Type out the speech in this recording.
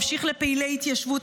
המשיך לפעילי התיישבות,